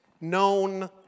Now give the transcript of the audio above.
known